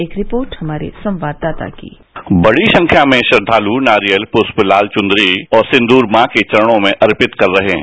एक रिपोर्ट हमारे संवाददाता की बड़ी संख्या में श्रद्वाल नारियल पृष्प लाल चुनरी और सिंदूर मां के चरणों में अर्पित कर रहे हैं